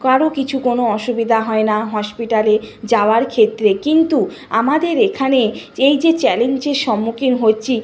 কারও কিছু কোনো অসুবিধা হয় না হসপিটালে যাওয়ার ক্ষেত্রে কিন্তু আমাদের এখানে এই যে চ্যালেঞ্জের সম্মুখীন হচ্ছি